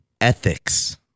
ethics